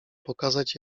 pokazać